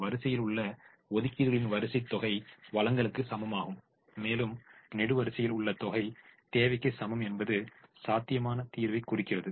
வரிசையில் உள்ள ஒதுக்கீடுகளின் வரிசை தொகை வழங்கலுக்கு சமமாகவும் மேலும் நெடுவரிசையில் உள்ள தொகை தேவைக்கு சமம் என்பது சாத்தியமான தீர்வைக் குறிக்கிறது